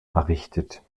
errichtet